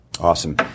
Awesome